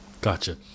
Gotcha